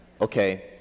Okay